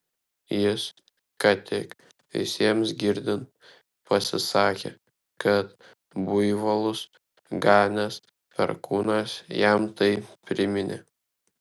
jis ką tik visiems girdint pasisakė kad buivolus ganęs perkūnas jam tai priminė